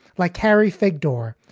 like carrie pfeg door,